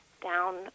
down